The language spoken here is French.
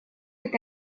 est